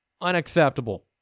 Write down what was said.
unacceptable